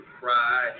cry